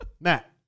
Matt